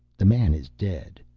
the man is dead!